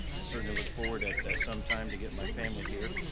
i certainly look forward at that sometime to get my family here.